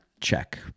check